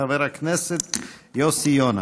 חבר הכנסת יוסי יונה.